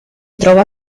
trova